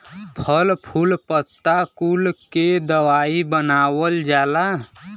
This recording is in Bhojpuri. फल फूल पत्ता कुल के दवाई बनावल जाला